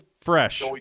fresh